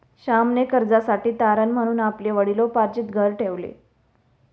श्यामने कर्जासाठी तारण म्हणून आपले वडिलोपार्जित घर ठेवले